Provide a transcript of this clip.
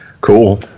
cool